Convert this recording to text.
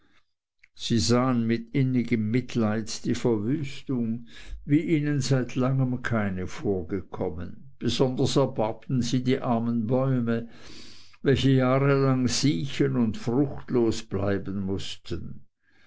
sie sahen mit innigem mitleid die verwüstung wie ihnen seit langem keine vorgekommen besonders erbarmten sie die armen bäume welche jahrelang siechen und fruchtlos bleiben mußten